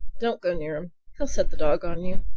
don't go near him. he'll set the dog on you.